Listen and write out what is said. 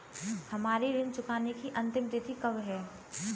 हमारी ऋण चुकाने की अंतिम तिथि कब है?